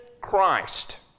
Christ